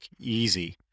easy